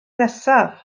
nesaf